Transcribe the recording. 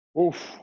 Oof